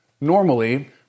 normally